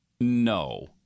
No